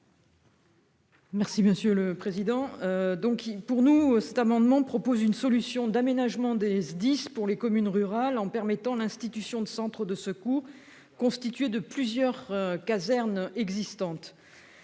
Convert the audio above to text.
est à Mme Laurence Harribey. Avec cet amendement, nous proposons une solution d'aménagement des SDIS pour les communes rurales, en permettant l'institution de centres de secours constitués de plusieurs casernes existantes.